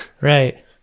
right